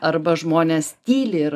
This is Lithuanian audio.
arba žmonės tyli